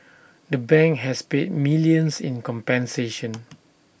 the bank has paid millions in compensation